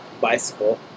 bicycle